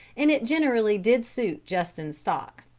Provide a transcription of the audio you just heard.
and it generally did suit justin's stock.